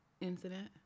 incident